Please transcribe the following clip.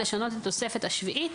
לשנות את התוספת השביעית.